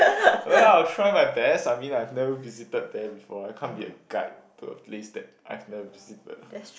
well I'll try my best I mean I've never visited there before I can't be a guide to a place that I've never visited